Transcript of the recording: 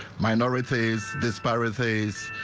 minorities this pirate bay's.